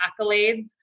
accolades